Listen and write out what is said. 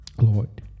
Lord